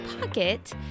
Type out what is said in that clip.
pocket